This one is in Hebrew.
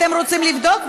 אתם רוצים לבדוק?